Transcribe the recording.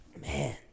Man